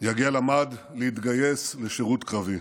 יגל עמד להתגייס לשירות קרבי.